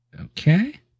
Okay